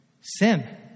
Sin